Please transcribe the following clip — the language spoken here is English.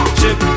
chip